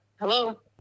Hello